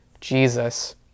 Jesus